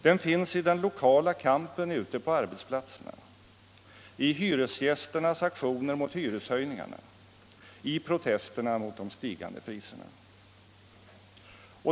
Den finns i den lokala kampen ute på arbetsplatserna, i hyresgästernas aktioner mot hyreshöjningarna och i protesterna mot de stigande priserna.